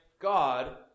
God